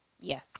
Yes